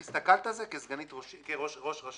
כך הסתכלת על זה כראש רשות?